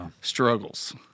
struggles